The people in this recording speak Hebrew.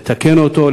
לתקן אותו,